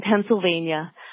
Pennsylvania